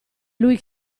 lui